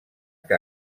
que